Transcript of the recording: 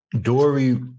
Dory